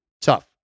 tough